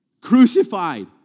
crucified